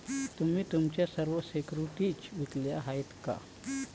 तुम्ही तुमच्या सर्व सिक्युरिटीज विकल्या आहेत का?